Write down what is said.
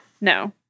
No